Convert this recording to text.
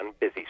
Busy